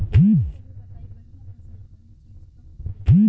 रउआ सभे बताई बढ़ियां फसल कवने चीज़क होखेला?